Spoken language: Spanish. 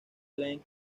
lane